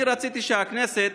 אני רציתי שהכנסת